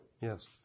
Yes